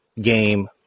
game